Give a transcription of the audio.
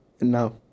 No